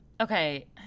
okay